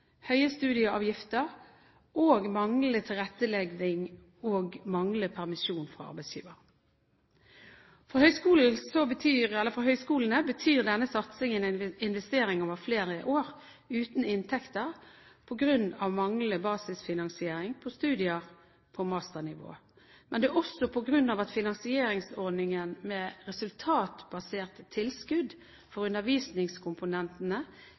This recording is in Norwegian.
høye studieavgifter og manglende tilrettelegging og permisjon fra arbeidsgiver. For høgskolene betyr denne satsingen en investering over flere år uten inntekter på grunn av manglende basisfinansiering for studier på masternivå. Men det er også på grunn av at finansieringsordningen med resultatbasert tilskudd for